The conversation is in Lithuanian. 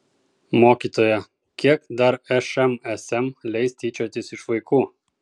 mokytoja kiek dar šmsm leis tyčiotis iš vaikų